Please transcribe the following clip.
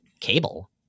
Cable